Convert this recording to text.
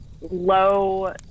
low